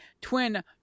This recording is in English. Twin